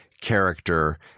character